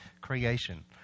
creation